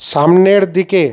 সামনের দিকে